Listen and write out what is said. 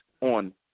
on